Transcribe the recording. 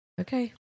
okay